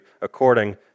according